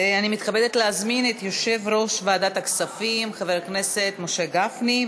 אני מתכבדת להזמין את יושב-ראש ועדת הכספים חבר הכנסת משה גפני,